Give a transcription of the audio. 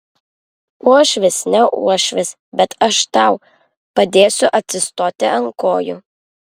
uošvis ne uošvis bet aš tau padėsiu atsistoti ant kojų